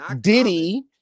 Diddy